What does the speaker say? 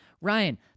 Ryan